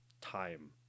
time